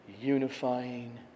unifying